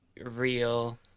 real-